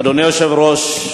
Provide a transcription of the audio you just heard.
אדוני היושב-ראש,